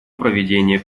проведения